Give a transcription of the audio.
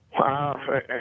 wow